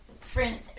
friend